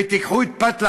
ותיקחו את פת לחמנו,